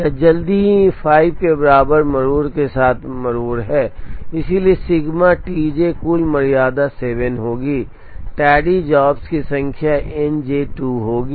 यह जल्दी है कि यह 5 के बराबर मरोड़ के साथ मरोड़ है इसलिए सिग्मा टी जे कुल मर्यादा 7 होगी टैडी जॉब्स की संख्या एन जे 2 होगी